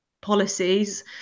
policies